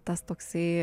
tas toksai